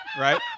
right